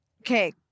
okay